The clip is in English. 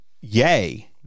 yay